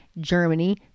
Germany